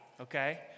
Okay